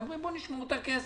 הם אומרים: בואו נשמור את הכסף,